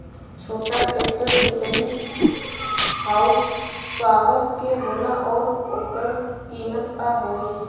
छोटा ट्रेक्टर केतने हॉर्सपावर के होला और ओकर कीमत का होई?